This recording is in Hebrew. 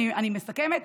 אני מסכמת,